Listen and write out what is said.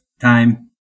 time